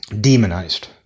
demonized